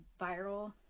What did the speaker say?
viral